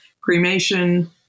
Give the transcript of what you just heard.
Cremation